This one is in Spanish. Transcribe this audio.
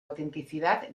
autenticidad